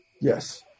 Yes